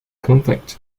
conflict